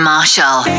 Marshall